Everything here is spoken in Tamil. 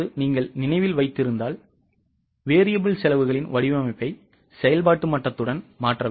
நீங்கள் நினைவில் வைத்திருந்தால் variable செலவுகளின் வடிவமைப்பை செயல்பாட்டு மட்டத்துடன் மாற்ற வேண்டும்